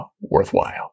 worthwhile